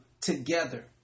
together